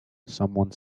someone